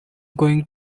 going